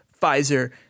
Pfizer